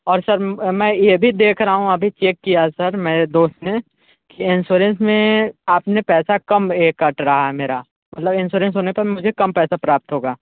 और सर मैं ये भी देख रहा हूँ अभी चेक किया सर मेरे दोस्त ने कि इन्षुरेन्स में आपने पैसा कम ऐ कट रहा है मेरा मतलब इन्षुरेन्स होने पर मुझे कम पैसा प्राप्त होगा